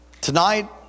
Tonight